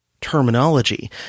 terminology